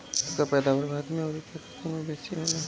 एकर पैदावार भारत अउरी पाकिस्तान में बेसी होला